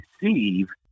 receive